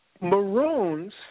Maroons